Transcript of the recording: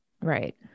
Right